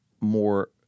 more